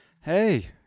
hey